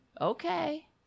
okay